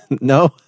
No